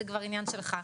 זה כבר עניין שלך,